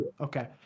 Okay